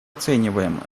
оцениваем